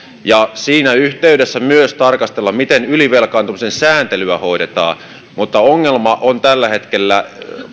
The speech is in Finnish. ja siinä yhteydessä myös tarkastella miten ylivelkaantumisen sääntelyä hoidetaan mutta ongelma on tällä hetkellä